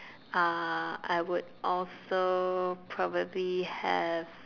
uh I would also probably have